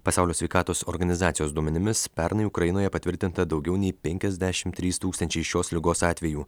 pasaulio sveikatos organizacijos duomenimis pernai ukrainoje patvirtinta daugiau nei penkiasdešimt trys tūkstančiai šios ligos atvejų